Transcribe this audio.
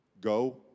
go